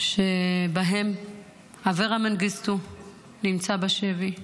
שבהן אברה מנגיסטו נמצא בשבי,